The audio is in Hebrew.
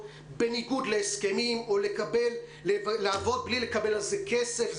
בניגוד להסכמים או לעבוד בלי לקבל על זה כסף.